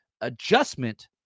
adjustment